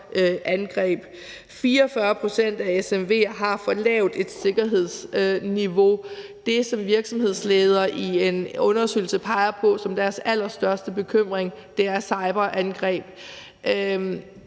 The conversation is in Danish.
cyberangreb. 44 pct. af SMV'erne har for lavt et sikkerhedsniveau. Det, som virksomhedsledere i en undersøgelse peger på som deres allerstørste bekymring, er cyberangreb.